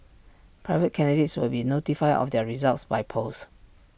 private candidates will be notified of their results by post